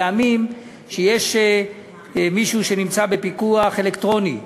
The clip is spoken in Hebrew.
פעמים יש שמישהו נמצא בפיקוח אלקטרוני,